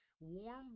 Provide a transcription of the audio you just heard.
Warm